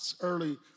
early